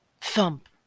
Thump